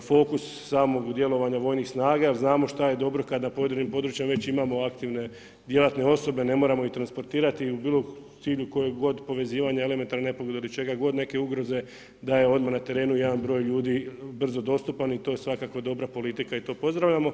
fokus samog djelovanja vojnih snaga jer znamo šta je dobro kada u pojedinim područjima već imamo aktivne djelatne osobe, ne moramo ih transportirati i u cilju bilo kojeg povezivanja, elementarnih nepogoda ili čega god neke ugroze da je odmah na terenu jedan broj ljudi brzo dostupan i to je svakako dobra politika i to pozdravljamo.